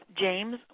James